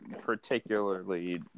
particularly